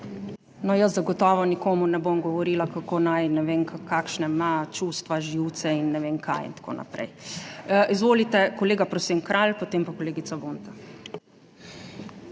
No, jaz zagotovo nikomur ne bom govorila, kako naj, ne vem, kakšna ima čustva, živce in ne vem kaj in tako naprej. Izvolite, kolega Prosen Kralj, potem pa kolegica Vonta.